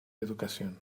educación